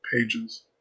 pages